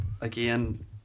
again